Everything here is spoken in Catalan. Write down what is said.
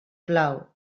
plau